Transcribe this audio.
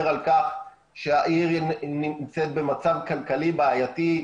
על כך שהעיר נמצאת במצב כלכלי בעייתי.